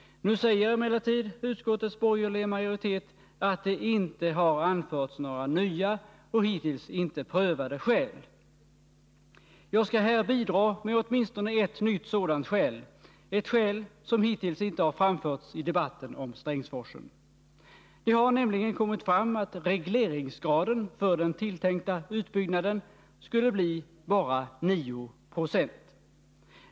Nu säger emellertid utskottets borgerliga majoritet att det inte har anförts några nya och hittills inte prövade skäl. Jag skall här bidra med åtminstone ert sådant nytt skäl, som hittills inte har framförts i debatten om Strängsforsen. Det har nämligen kommit fram att regleringsgraden för den tilltänkta utbyggnaden skulle bli bara 9 90.